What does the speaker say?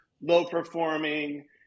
low-performing